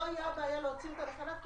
לא הייתה בעיה להוציא אותה לחל"ת כי